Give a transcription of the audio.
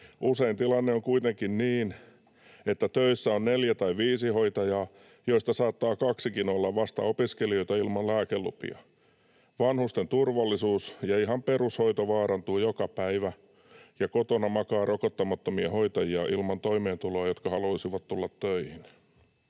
Usein tilanne on kuitenkin niin, että töissä on neljä tai viisi hoitajaa, joista saattaa kaksikin olla vasta opiskelijoita ilman lääkelupia. Vanhusten turvallisuus ja ihan perushoito vaarantuu joka päivä, ja kotona makaa rokottamattomia hoitajia ilman toimeentuloa, jotka haluaisivat tulla töihin.”